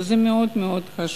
שזה מאוד מאוד חשוב,